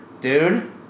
Dude